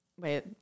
Wait